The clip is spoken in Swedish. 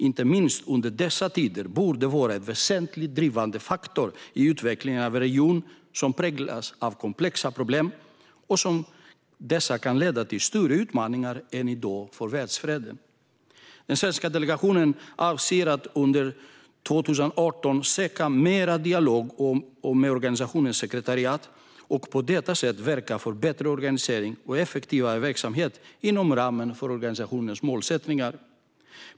Inte minst under dessa tider borde ett sådant här forum vara en väsentlig drivande faktor i utvecklingen av en region som präglas av komplexa problem som kan leda till större utmaningar än i dag för världsfreden. Den svenska delegationen avser att under 2018 söka mer dialog med organisationens sekretariat och på detta sätt verka för bättre organisering och effektivare verksamhet inom ramen för organisationens målsättningar.